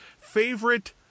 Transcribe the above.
Favorite